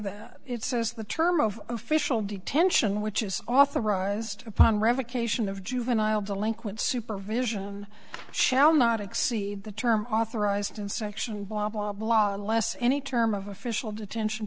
that it says the term of official detention which is authorized upon revocation of juvenile delinquent supervision shall not exceed the term authorized in section blah blah blah unless any term of official detention